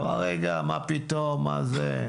פקיד הדיג אמר: רגע, מה פתאום, מה זה?